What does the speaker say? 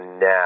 now